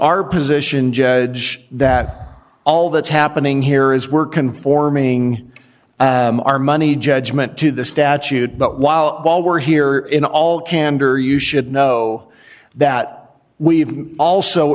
our position judge that all that's happening here is we're conforming our money judgment to the statute but while we're here in all candor you should know that we've also